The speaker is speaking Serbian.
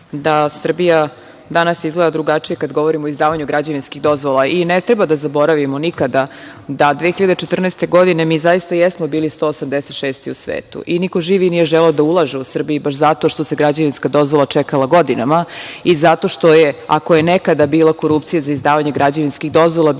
da Srbija danas izgleda drugačije. Kada govorimo o izdavanju građevinskih dozvola i ne treba da zaboravimo nikada da 2014. godine mi zaista jesmo bili 186. u svetu i niko živi nije želeo da ulaže u Srbiju, baš zato što se građevinska dozvola čekala godinama i zato što je… Ako je nekada bila korupcija za izdavanje građevinskih dozvola,